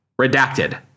Redacted